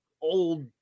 old